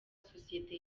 sosiyete